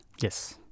Yes